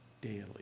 daily